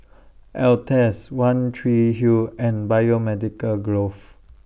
Altezs one Tree Hill and Biomedical Grove